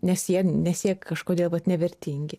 nes jie nes jie kažkodėl vat nevertingi